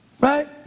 Right